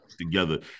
together